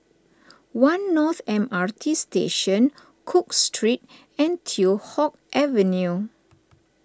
one North M R T Station Cook Street and Teow Hock Avenue